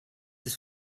ist